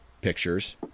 pictures